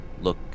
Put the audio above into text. look